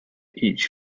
each